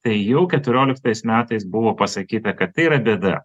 tai jau keturioliktais metais buvo pasakyta kad tai yra bėda